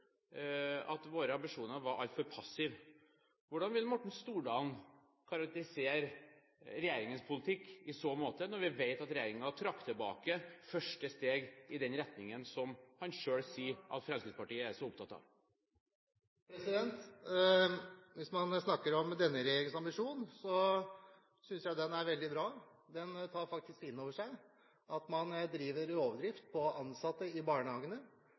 våre ambisjoner som altfor passive. Hvordan vil Morten Stordalen karakterisere regjeringens politikk i så måte, når vi vet at regjeringen trakk tilbake første steg i den retningen som han selv sier at Fremskrittspartiet er så opptatt av? Hvis man snakker om denne regjeringens ambisjon, synes jeg den er veldig bra. Den tar faktisk inn over seg at man driver rovdrift på ansatte i barnehagene